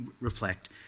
reflect